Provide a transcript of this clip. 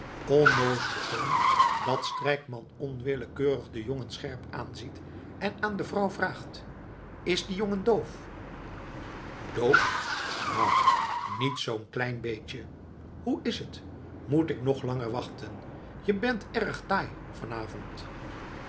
onnoozelen toon dat strijkman onwillekeurig den jongen scherp aanziet en aan de vrouw vraagt is die jongen doof doof nou niet zoo'n klein beetje hoe is t moet ik nog langer wachten je bent erg taai